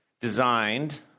designed